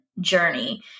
journey